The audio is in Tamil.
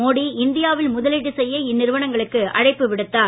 மோடி இந்தியாவில் முதலீடு செய்ய இந்நிறுவனங்களுக்கு அழைப்பு விடுத்தார்